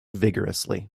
vigorously